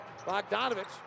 Bogdanovich